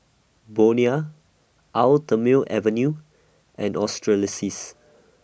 Bonia Eau Thermale Avene and